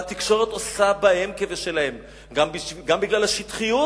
והתקשורת עושה בהם כבשלה, גם בגלל השטחיות